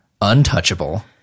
untouchable